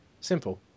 simple